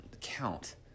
count